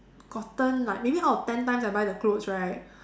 gotten like maybe out of ten times I buy the clothes right